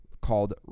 called